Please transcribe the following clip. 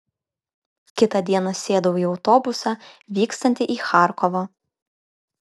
kitą dieną sėdau į autobusą vykstantį į charkovą